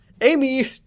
Amy